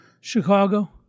Chicago